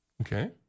Okay